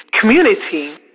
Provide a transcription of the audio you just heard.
community